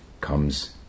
comes